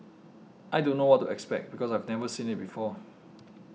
I don't know what to expect because I've never seen it before